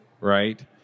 Right